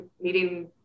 meeting